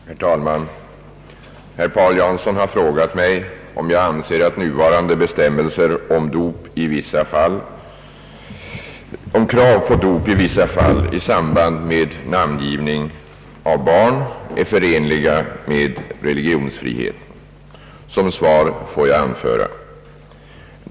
Herr talman! Herr Paul Jansson har frågat mig om jag anser att nuvarande bestämmelser om krav på dop i vissa fall i samband med namngivning av barn är förenliga med religionsfriheten. Som svar får jag anföra följande.